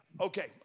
okay